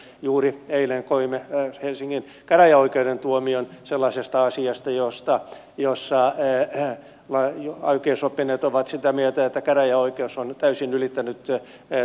juuri eilen koimme helsingin käräjäoikeuden tuomion sellaisesta asiasta jossa oikeusoppineet ovat sitä mieltä että käräjäoikeus on täysin ylittänyttä ja